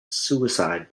suicide